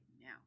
now